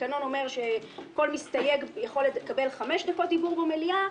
התקנון אומר שכל מסתייג יכול לקבל 5 דקות דיבור במליאה,